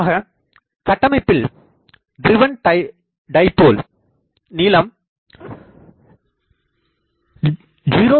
பொதுவாக கட்டமைப்பில் driven dipole நீளம் 0